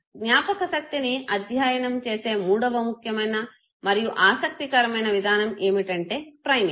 జ్ఞాపకశక్తిని అధ్యాయం చేసే మూడవ ముఖ్యమైన మరియు ఆసక్తి కరమైన విధానం ఏమిటంటే ప్రైమింగ్